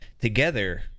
together